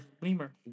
Lemur